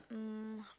um